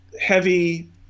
heavy